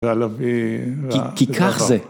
‫כי כך זה.